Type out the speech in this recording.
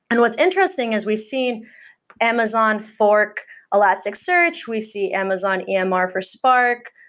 and what's interesting is we've seen amazon fork elasticsearch. we see amazon emr for spark.